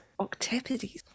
Octopodes